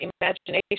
imagination